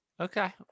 okay